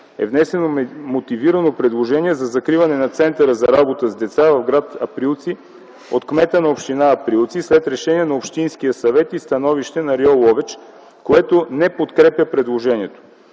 е внесено мотивирано предложение за закриване на Центъра за работа с деца в гр. Априлци от кмета на община Априлци след решение на Общинския съвет и становище на РИО - Ловеч, което не подкрепя предложението.